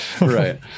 Right